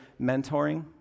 mentoring